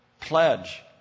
pledge